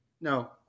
No